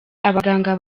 abaganga